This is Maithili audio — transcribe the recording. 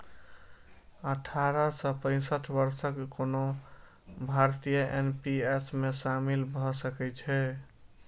अठारह सं पैंसठ वर्षक कोनो भारतीय एन.पी.एस मे शामिल भए सकै छै